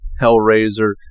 Hellraiser